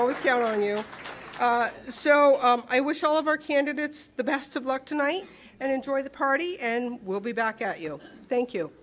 always count on you so i wish all of our candidates the best of luck tonight and enjoy the party and we'll be back at you thank you